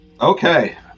Okay